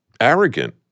arrogant